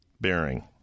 bearing